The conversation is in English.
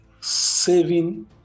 saving